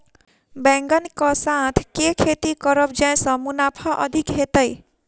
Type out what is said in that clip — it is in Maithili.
बैंगन कऽ साथ केँ खेती करब जयसँ मुनाफा अधिक हेतइ?